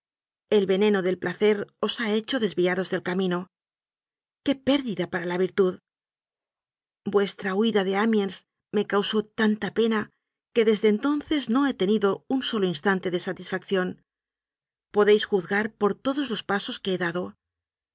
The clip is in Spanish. el veneno del placer os ha hecho des viaros del camino qué pérdida para la virtud vuestra huida de amiens me causó tanta pena que desde entonces no he tenido un sólo instante de satisfacción podéis juzgar por todos los pasos que he dado